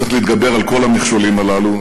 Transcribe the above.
צריך להתגבר על כל המכשולים הללו.